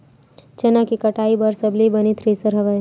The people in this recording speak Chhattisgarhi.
चना के कटाई बर सबले बने थ्रेसर हवय?